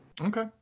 Okay